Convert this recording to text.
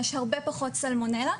יש הרבה פחות סלמונלה.